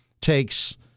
takes